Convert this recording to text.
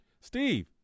steve